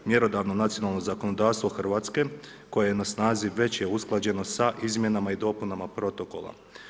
Mjerodavno nacionalno zakonodavstvo Hrvatske, koje je na snazi, već je usklađeno sa izmjenama i dopunama protokola.